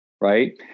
right